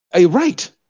right